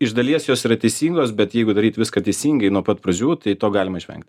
iš dalies jos yra teisingos bet jeigu daryt viską teisingai nuo pat pradžių tai to galima išvengti